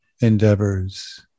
endeavors